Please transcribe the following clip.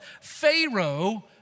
Pharaoh